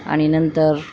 आणि नंतर